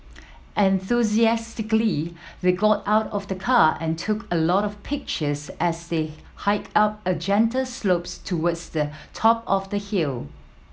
enthusiastically they got out of the car and took a lot of pictures as they hiked up a gentle slopes towards the top of the hill